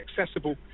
accessible